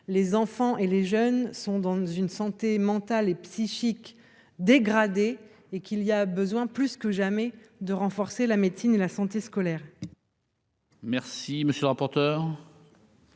les enfants et les jeunes sont dans une santé mentale et psychique dégradé et qu'il y a besoin plus que jamais de renforcer la médecine et la santé scolaire. Merci, monsieur le rapporteur.